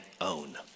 own